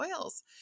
oils